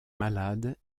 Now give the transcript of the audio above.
malade